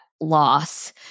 loss